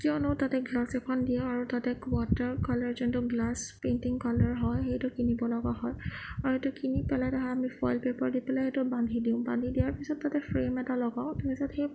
কিয়নো তাতে গ্লাছ এখন দিয়ে আৰু তাতে ৱাটাৰ কালাৰ যোনটো গ্লাছ পেইণ্টিং কালাৰ হয় সেইটো কিনিব লগা হয় আৰু সেইটো কিনি পেলাই সেইটো ফ'য়েল পেপাৰ দি পেলাই সেইটো বান্ধি দিওঁ বান্ধি দিয়াৰ পিছত তাতে ফ্ৰেম এটা লগাওঁ তাৰপাছত সেই